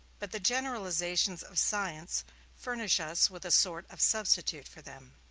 but the generalizations of science furnish us with a sort of substitute for them.